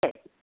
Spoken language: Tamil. சரி